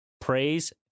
praise